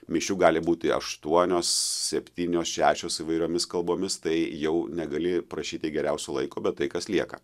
mišių gali būti aštuonios septynios šešios įvairiomis kalbomis tai jau negali prašyti geriausio laiko bet tai kas lieka